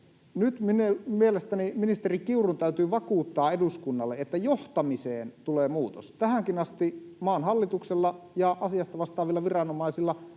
Nyt mielestäni ministeri Kiurun täytyy vakuuttaa eduskunnalle, että johtamiseen tulee muutos. Tähänkin asti maan hallituksella ja asiasta vastaavilla viranomaisilla